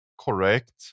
correct